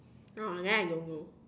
oh then I don't know